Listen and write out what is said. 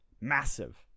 Massive